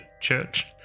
church